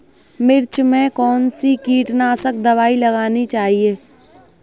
मिर्च में कौन सी कीटनाशक दबाई लगानी चाहिए?